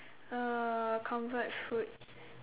uh comfort food